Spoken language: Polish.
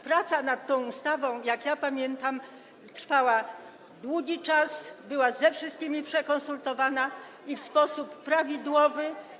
Praca nad tą ustawa, jak pamiętam, trwała długi czas, była ona ze wszystkimi przekonsultowana i w sposób prawidłowy.